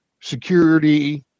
security